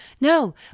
no